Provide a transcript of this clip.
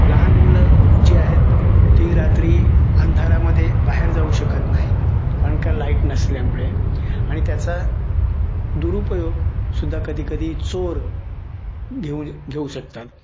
लहान मुलं जे आहेत ती रात्री अंधारामध्ये बाहेर जाऊ शकत नाहीत कारण का लाईट नसल्यामुळे आणि त्याचा दुरुपयोग सुद्धा कधी कधी चोर घेऊ घेऊ शकतात